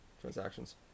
transactions